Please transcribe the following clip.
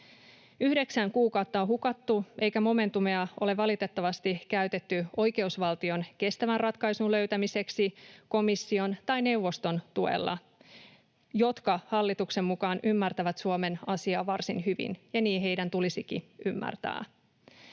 Yhdeksän kuukautta on hukattu eikä momentumia ole valitettavasti käytetty oikeusvaltion kestävän ratkaisun löytämiseksi komission tai neuvoston tuella, jotka hallituksen mukaan ymmärtävät Suomen asiaa varsin hyvin, ja niin heidän tulisikin ymmärtää.